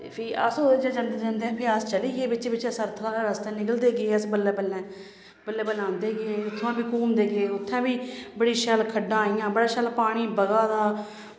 फ्ही अस ओह्दे च जंदे जंदे फ्ही चली गे बिच्चें बिच्चें सरथला आह्ले रस्तै निकलदे गे अस बल्लें बल्लें बल्लें बल्लें आंदे गे उत्थां फ्ही घूमदे गे उत्थें बी बड़ी शैल खड्डां आइयां बड़ा शैल पानी बगा दा